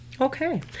Okay